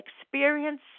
experience